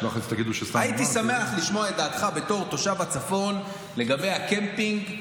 הייתי שמח לשמוע את דעתך בתור תושב הצפון לגבי הקמפינג,